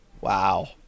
Wow